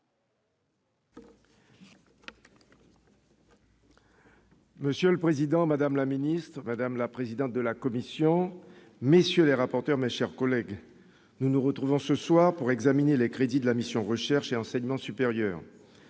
Monsieur le président, madame la ministre, madame la présidente de la commission de la culture, mesdames, messieurs les rapporteurs, mes chers collègues, nous nous retrouvons ce soir pour examiner les crédits de la mission « Recherche et enseignement supérieur